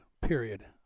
period